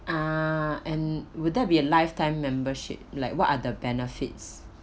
ah and would that be a lifetime membership like what are the benefits